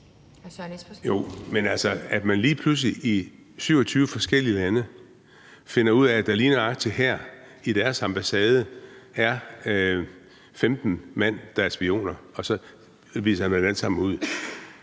Men at man lige pludselig i 27 forskellige lande finder ud af, at der lige nøjagtig på deres ambassade er 15 mand, der er spioner, og så viser dem alle sammen ud,